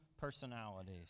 personalities